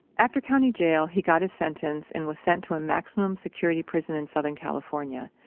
after county jail, he got his sentence and was sent to a maximum security prison in southern california.